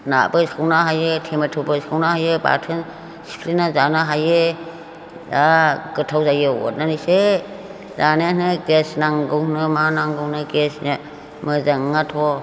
नाबो संनो हायो थेमेथ'बो सावनो हायो बाथोन सिफ्लेना जानो हायो जा गोथाव जायो अथनियासो दानेसो गेस नांगौनो मा नांगौनो गेसनो मोजां नोङाथ'